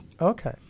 Okay